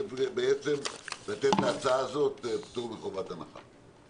זה בעצם לתת להצעה זאת פטור מחובת הנחה.